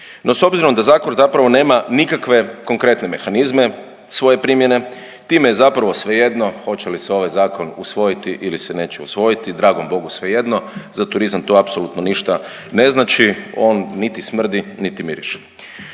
No, s obzirom da zakon zapravo nema nikakve konkretne mehanizme svoje primjene, time je zapravo svejedno hoće li se ovaj zakon usvojiti ili se neće usvojiti, dragom bogu svejedno, za turizam to apsolutno ništa ne znači, on niti smrdi niti miriši.